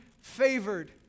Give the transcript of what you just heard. favored